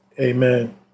amen